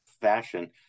fashion